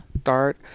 start